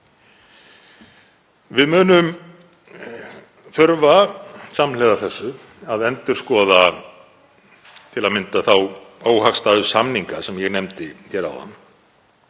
Við munum þurfa, samhliða þessu, að endurskoða til að mynda þá óhagstæðu samninga sem ég nefndi áðan.